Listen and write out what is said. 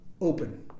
open